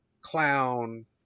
Clown